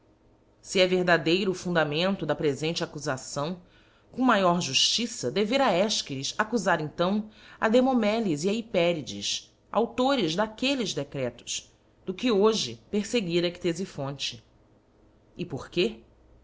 se é verdadeiro o fundamento da prefente accufação com maior juftiça devera efchines accular então a demomeles e a hyperides auéiores d'aquelles decretos do que hoje perfeguir a ctefiphonte e porque